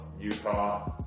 Utah